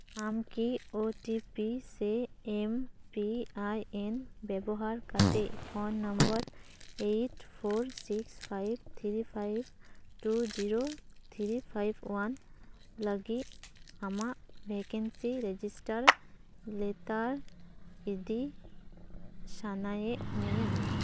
ᱟᱢᱠᱤ O T P ᱥᱮ M P I N ᱵᱮᱵᱚᱦᱟᱨ ᱠᱟᱛᱮᱫ phone number eight four six five three five two zero three five one ᱞᱟᱹᱜᱤᱫ ᱟᱢᱟᱜ vacancy register ᱞᱮᱛᱟᱲ ᱤᱫᱤ ᱥᱟᱱᱟᱭᱮᱜ ᱢᱮᱭᱟ